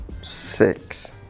Six